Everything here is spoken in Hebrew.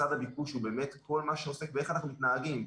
צד הביקוש הוא באמת כל מה שעוסק באיך אנחנו מתנהלים.